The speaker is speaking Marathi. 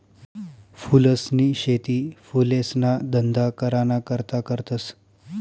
फूलसनी शेती फुलेसना धंदा कराना करता करतस